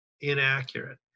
inaccurate